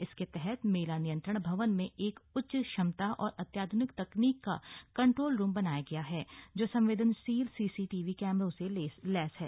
इसके तहत मेला नियंत्रण भवन में एक उच्च क्षमता और अत्याध्निक तकनीक का कंट्रोल रूम बनाया गया है जो संवेदनशील सीसी कैमरों से लैस है